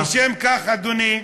לשם כך, אדוני,